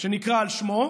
שנקרא על שמו,